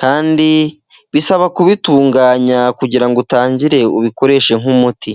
kandi bisaba kubitunganya, kugirango utangire ubikoreshe nk'umuti.